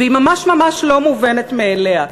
והיא ממש ממש לא מובנת מאליה.